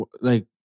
like-